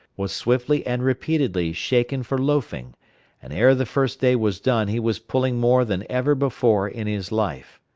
was swiftly and repeatedly shaken for loafing and ere the first day was done he was pulling more than ever before in his life.